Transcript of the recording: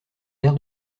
l’air